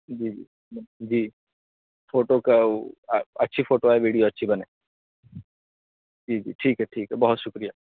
جی جی جی فوٹو کا اچھی فوٹو آئے ویڈیو اچھی بنے جی جی ٹھیک ہے ٹھیک ہے بہت شکریہ